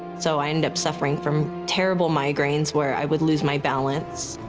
so i ended up suffering from terrible migraines, where i would lose my balance,